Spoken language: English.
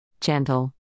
gentle